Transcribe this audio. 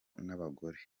n’abagore